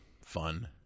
fun